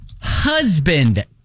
husband